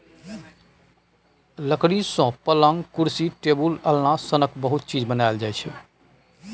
लकड़ी सँ पलँग, कुरसी, टेबुल, अलना सनक बहुत चीज बनाएल जाइ छै